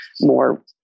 more